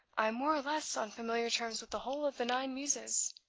i'm more or less on familiar terms with the whole of the nine muses.